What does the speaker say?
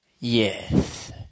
Yes